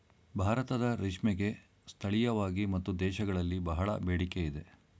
ಭಾರತದ ರೇಷ್ಮೆಗೆ ಸ್ಥಳೀಯವಾಗಿ ಮತ್ತು ದೇಶಗಳಲ್ಲಿ ಬಹಳ ಬೇಡಿಕೆ ಇದೆ